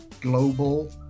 Global